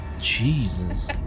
Jesus